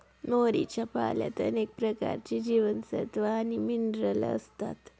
मोहरीच्या पाल्यात अनेक प्रकारचे जीवनसत्व आणि मिनरल असतात